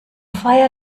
feier